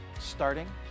starting